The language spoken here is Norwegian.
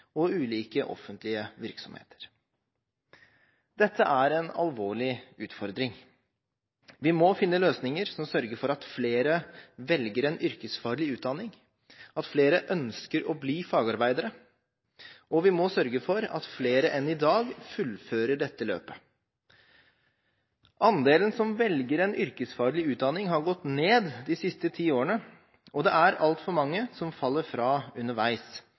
og for ulike offentlige virksomheter. Dette er en alvorlig utfordring. Vi må finne løsninger som sørger for at flere velger en yrkesfaglig utdanning, at flere ønsker å bli fagarbeidere, og vi må sørge for at flere enn i dag fullfører dette løpet. Andelen som velger en yrkesfaglig utdanning, har gått ned de siste ti årene, og det er altfor mange som faller fra underveis,